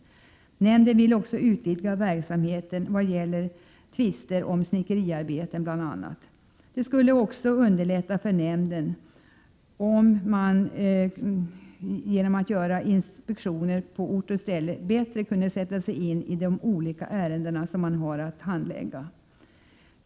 Nämnden vill också utvidga bl.a. verksamheten vad gäller tvister om snickeriarbeten. Det skulle också underlätta för nämnden om man genom fler inspektioner på ort och ställe bättre kunde sätta sig in i ärendena.